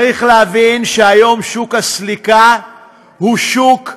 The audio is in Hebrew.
צריך להבין שהיום שוק הסליקה הוא שוק פרוע,